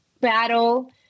battle